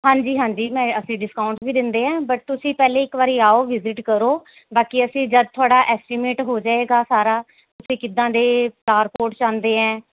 ਹਾਂਜੀ ਹਾਂਜੀ ਮੈਂ ਅਸੀਂ ਡਿਸਕਾਊਂਟ ਵੀ ਦਿੰਦੇ ਹਾਂ ਬਟ ਤੁਸੀਂ ਪਹਿਲੇ ਇੱਕ ਵਾਰੀ ਆਓ ਵਿਜ਼ਿਟ ਕਰੋ ਬਾਕੀ ਅਸੀਂ ਜਦ ਥੋੜ੍ਹਾ ਐਸਟੀਮੇਟ ਹੋ ਜਾਵੇਗਾ ਸਾਰਾ ਤੁਸੀਂ ਕਿੱਦਾਂ ਦੇ ਫਲਾਰਪੋਟ ਚਾਹੁੰਦੇ ਐਂ